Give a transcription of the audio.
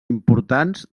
importants